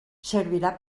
servirà